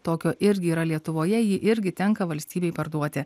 tokio irgi yra lietuvoje jį irgi tenka valstybei parduoti